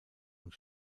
und